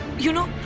you know,